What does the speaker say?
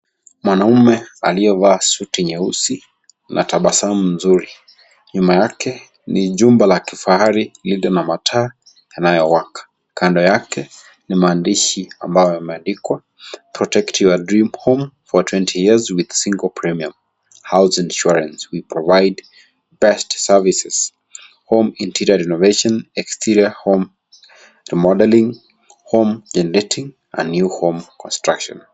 Mwanaume aliyevaa suti nyeusi na tabasamu mzuri. Nyuma yake ni jumba la kifahari lililo na mataa, yanayowaka. Kando yake ni maandishi ambayo yameandikwa. Protect your dream home for 20 years with single premium house insurance. We provide best services. Home Interior Renovation, Exterior Home, Modeling, Home Generating, and New Home Construction .